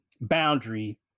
boundary